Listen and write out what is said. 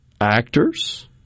actors